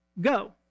Go